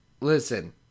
listen